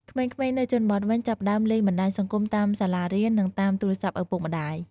ក្មេងៗនៅជនបទវិញចាប់ផ្ដើមលេងបណ្ដាញសង្គមតាមសាលារៀន និងតាមទូរស័ព្ទឪពុកម្តាយ។